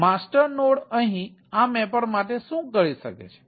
તેથી master node અહીં આ મેપર માટે શું કરી શકે છે